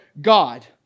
God